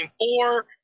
four